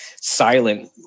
silent